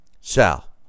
Sal